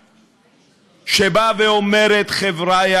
שאומרת: חבריא,